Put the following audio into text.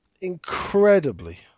incredibly